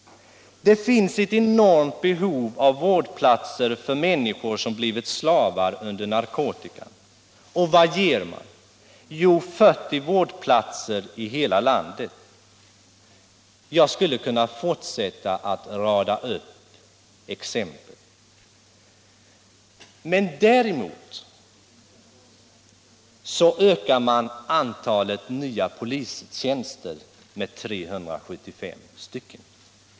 Det finns ett enormt behov av vårdplatser för människor som blivit slavar under narkotika. Vad ger man? Jo, 40 vårdplatser i hela landet. Jag skulle kunna fortsätta att rada upp exempel. Däremot ökar man antalet nya polistjänster med 375.